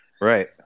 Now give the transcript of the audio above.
Right